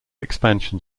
expansion